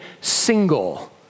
single